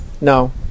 No